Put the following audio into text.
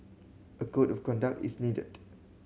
a code of conduct is needed